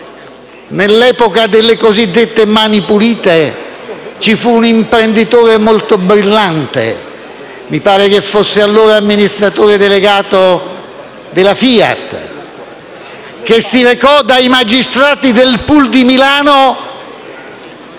all'epoca delle cosiddette mani pulite ci fu un imprenditore molto brillante (mi pare che fosse allora amministratore delegato della FIAT), il quale si recò dai magistrati del *pool* di Milano